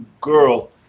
girl